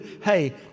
hey